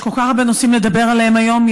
יש כל כך הרבה נושאים לדבר עליהם היום.